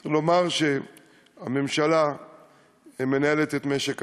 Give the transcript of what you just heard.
צריך לומר שהממשלה מנהלת את משק המים.